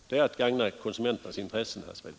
Det är att gagna konsumenternas intressen, herr Svedberg.